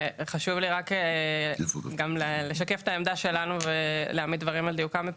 חשוב לי לשקף את העמדה שלנו ולהעמיד דברים על דיוקם.